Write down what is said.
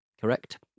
correct